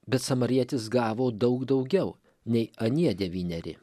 bet samarietis gavo daug daugiau nei anie devyneri